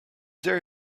there